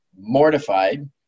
mortified